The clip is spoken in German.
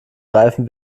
reifen